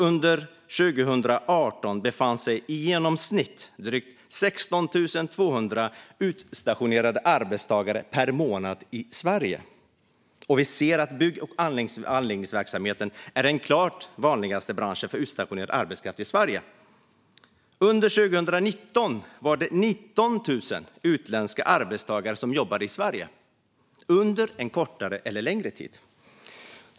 Under 2018 fanns det i genomsnitt drygt 16 200 utstationerade arbetstagare per månad i Sverige, och vi ser att bygg och anläggningsverksamheten är den klart vanligaste branschen för utstationerad arbetskraft i Sverige. Under 2019 var motsvarande siffra 19 000 utländska arbetstagare som jobbade i Sverige under en kortare eller längre tid.